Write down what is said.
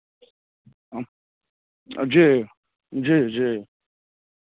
हम जी जी जी